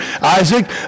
Isaac